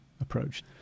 approach